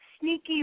sneaky